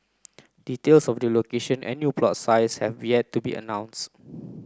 details of the location and new plot sizes have yet to be announced